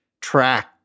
track